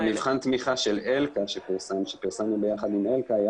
אבל מבחן התמיכה שפרסמנו ביחד עם אלכא היה